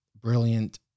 brilliant